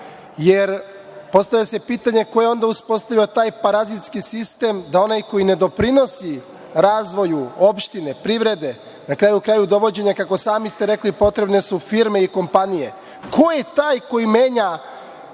se pitanje – ko je onda uspostavio taj parazitski sistem da onaj ko ne doprinosi razvoju opštine, privrede, na kraju krajeva, dovođenje, kako sami ste rekli, potrebne su firme i kompanije, ko je taj koji menja